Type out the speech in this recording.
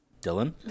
Dylan